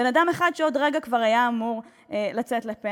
בן-אדם אחד שעוד רגע כבר היה אמור לצאת לפנסיה.